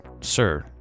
sir